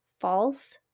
false